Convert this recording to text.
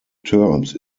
terms